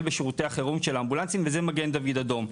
בשירותי החירום של האמבולנסים וזה מגן דוד אדום.